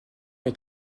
est